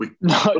No